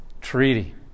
treaty